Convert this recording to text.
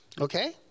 Okay